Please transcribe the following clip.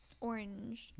Orange